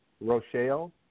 Rochelle